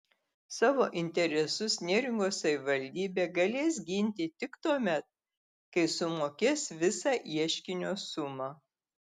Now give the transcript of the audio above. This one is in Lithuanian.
savo interesus neringos savivaldybė galės ginti tik tuomet kai sumokės visą ieškinio sumą